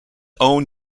own